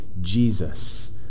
Jesus